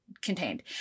contained